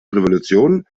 revolution